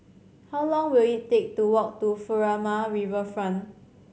how long will it take to walk to Furama Riverfront